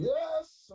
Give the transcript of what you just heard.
Yes